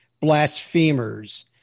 blasphemers